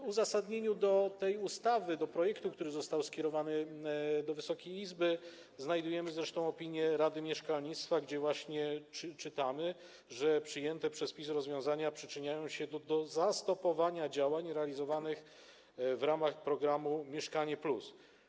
W uzasadnieniu tego projektu ustawy, który został skierowany do Wysokiej Izby, znajdujemy zresztą opinię Rady Mieszkalnictwa, gdzie czytamy, że przyjęte przez PiS rozwiązania przyczyniają się do zastopowania działań realizowanych w ramach programu „Mieszkanie+”